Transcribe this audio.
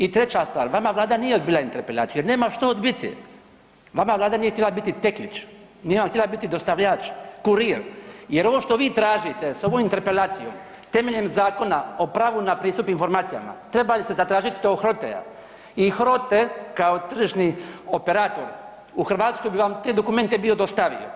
I treća stvar vama Vlada nije odbila interpelaciju jer nema što odbiti, vama Vlada nije htjela biti teklić, nije vam htjela biti dostavljač, kurir jer ovo što vi tražite s ovom interpelacijom temeljem Zakona o pravu na pristup informacijama trebali ste zatražiti od HROTE-a i HROTE kao tržišni operator u Hrvatskoj bi vam te dokumente bio dostavio.